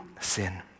sin